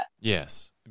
Yes